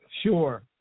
Sure